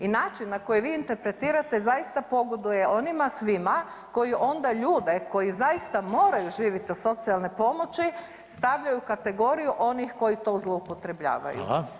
I način na koji vi interpretirate zaista pogoduje onima svima koji onda ljude koji zaista moraju živjeti od socijalne pomoći stavljaju u kategoriju onih koji to zloupotrebljavaju.